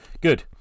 Good